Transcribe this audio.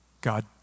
God